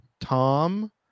Tom